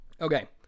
Okay